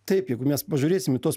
taip jeigu mes pažiūrėsim į tuos